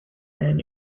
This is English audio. and